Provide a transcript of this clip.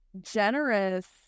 generous